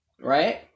Right